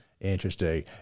Interesting